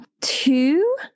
two